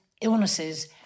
illnesses